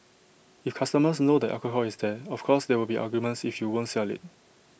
if customers know the alcohol is there of course there will be arguments if you won't sell IT